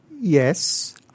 Yes